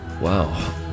Wow